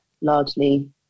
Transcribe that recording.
largely